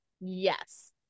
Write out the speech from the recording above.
Yes